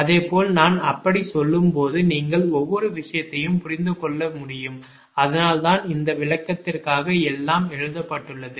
அதேபோல நான் அப்படிச் சொல்லும்போது நீங்கள் ஒவ்வொரு விஷயத்தையும் புரிந்து கொள்ள முடியும் அதனால் தான் இந்த விளக்கத்திற்காக எல்லாம் எழுதப்பட்டுள்ளது